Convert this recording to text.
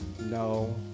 No